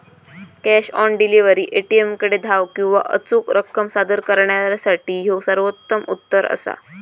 cash on delivery, ए.टी.एमकडे धाव किंवा अचूक रक्कम सादर करणा यासाठी ह्यो सर्वोत्तम उत्तर असा